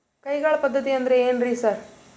ಕೈಗಾಳ್ ಪದ್ಧತಿ ಅಂದ್ರ್ ಏನ್ರಿ ಸರ್?